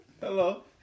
Hello